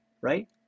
right